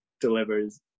delivers